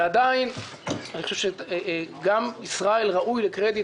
ועדיין אני חושב שגם ישראל ראוי לקרדיט